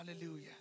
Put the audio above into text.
Hallelujah